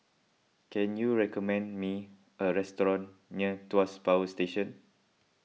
can you recommend me a restaurant near Tuas Power Station